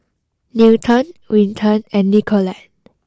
Newton Winton and Nicolette